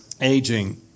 aging